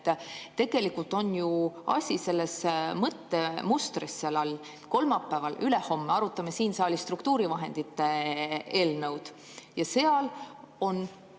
Tegelikult on ju asi selles mõttemustris seal all. Kolmapäeval, ülehomme me arutame siin saalis struktuurivahendite eelnõu. Seal on